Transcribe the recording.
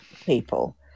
people